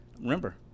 Remember